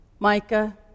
Micah